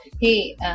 hey